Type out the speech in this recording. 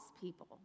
people